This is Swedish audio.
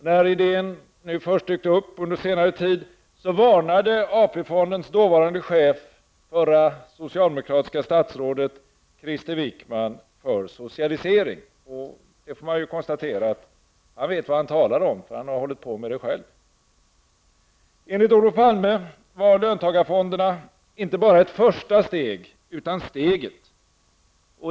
När idén först dök upp under senare tid, varnade AP-fondens dåvarande chef, förra socialdemokratiska statsrådet Krister Wickman, för socialisering. Man kan konstatera att han vet vad han talar om, eftersom han har hållit på med det själv. Enligt Olof Palme var löntagarfonderna inte bara ett första steg utan ''steget''.